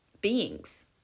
beings